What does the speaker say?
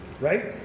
Right